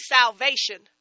salvation